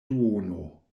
duono